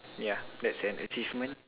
ya that's an achievement